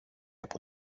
από